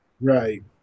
Right